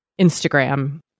Instagram